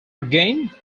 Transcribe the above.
again